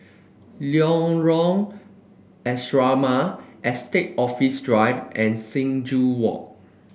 Lorong Asrama Estate Office Drive and Sing Joo Walk